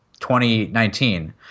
2019